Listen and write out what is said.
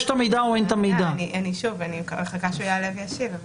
אני מחכה שהוא יעלה וישיב.